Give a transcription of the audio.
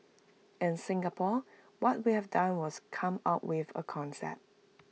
in Singapore what we have done was come up with A concept